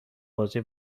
بازی